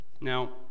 Now